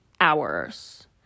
hours